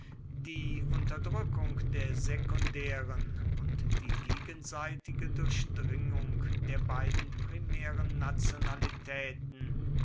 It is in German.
die unterdrückung der sekundären und die gegenseitige durchdringung der beiden primären nationalitäten